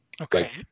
Okay